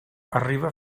arriba